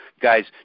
Guys